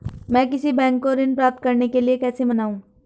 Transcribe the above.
मैं किसी बैंक को ऋण प्राप्त करने के लिए कैसे मनाऊं?